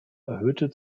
erhöhte